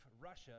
Russia